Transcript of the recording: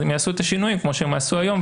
הם יעשו את השינויים כמו שהם עשו היום,